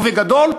ובגדול,